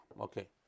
okay